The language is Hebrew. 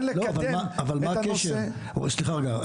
סליחה רגע,